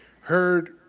heard